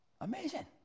Amazing